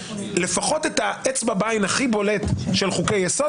שלפחות את האצבע בעין הכי בולטת של חוקי יסוד,